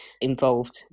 involved